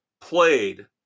played